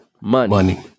Money